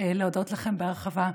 להודות לכם בהרחבה.